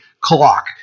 clock